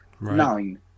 nine